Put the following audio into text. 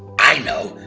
i know,